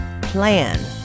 Plan